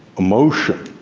emotion,